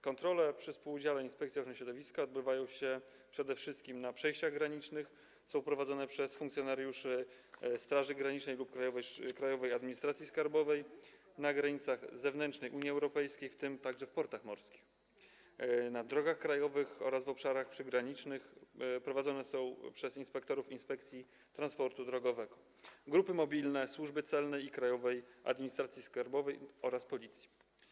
Kontrole przy współudziale Inspekcji Ochrony Środowiska odbywają się przede wszystkim na przejściach granicznych, są prowadzone przez funkcjonariuszy Straży Granicznej lub Krajowej Administracji Skarbowej, na granicach zewnętrznych Unii Europejskiej, w tym także w portach morskich, na drogach krajowych oraz w obszarach przygranicznych prowadzone są przez inspektorów Inspekcji Transportu Drogowego, grupy mobilne, Służbę Celną i Krajową Administrację Skarbową oraz Policję.